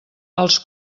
als